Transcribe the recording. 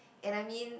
and I mean